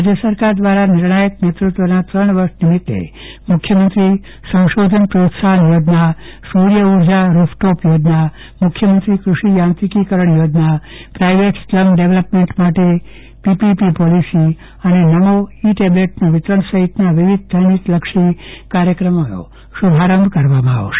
રાજય સરકાર દ્વારા નિર્ણાયક નેતૃત્વના ત્રણ વર્ષ નીમિત્તે મુખ્યમંત્રી સંશોધન પ્રોત્સાહન યોજના સૂર્ય ઉર્જા રૂફટોપ યોજના મુખ્યમંત્રી કૃષિ યાંત્રીકિકરણ યોજના પ્રાઇવેટ સ્લમ ડેવલપમેન્ટ માટે પીપીપી પોલીસી અને નમો ઇ ટેબલેટનું વિતરણ સહિતના વિવિધ જનહિતલક્ષી કાર્યક્રમોનો શુભારંભ કરાશે